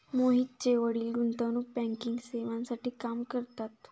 मोहितचे वडील गुंतवणूक बँकिंग सेवांसाठी काम करतात